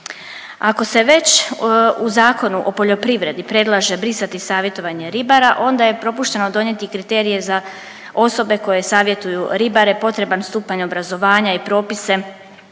Ako se već u Zakonu o poljoprivredi predlaže brisati savjetovanje ribara, onda je propušteno donijeti kriterije za osobe koje savjetuju ribare, potreban stupanj obrazovanja i propise,